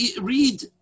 read